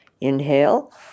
Inhale